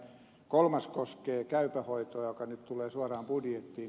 kolmas koskee käypää hoitoa joka nyt tulee suoraan budjettiin